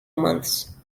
months